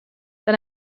then